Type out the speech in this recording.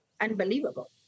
unbelievable